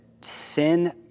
sin